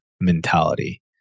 mentality